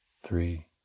three